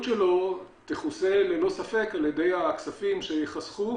שלו תכוסה ללא ספק על ידי הכספים שייחסכו